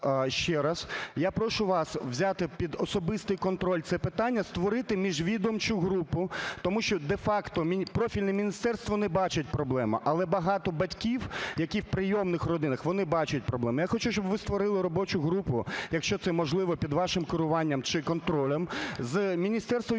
я прошу вас взяти під особистий контроль це питання, створити міжвідомчу групу. Тому що де-факто профільне міністерство не бачить проблему, але багато батьків, які в прийомних родинах, вони бачать проблему. Я хочу, щоб ви створили робочу групу, якщо це можливо, під вашим керуванням чи контролем з Міністерства юстиції,